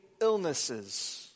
illnesses